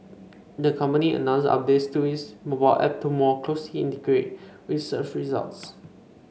the company announced updates to its mobile app to more closely integrate news with search results